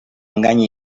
engany